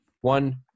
one